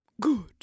Good